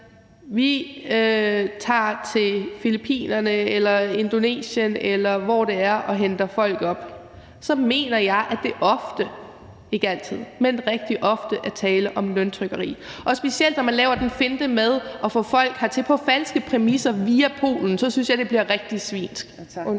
Vi tager til Filippinerne, Indonesien, eller hvor det er, og henter folk herop. Så mener jeg, at der ofte – ikke altid, men rigtig ofte – er tale om løntrykkeri. Og specielt, når man laver den finte med at få folk hertil på falske præmisser via Polen, så synes jeg, at det bliver rigtig svinsk.